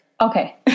Okay